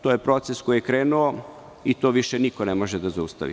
To je proces koji je krenuo i to više niko ne može da zaustavi.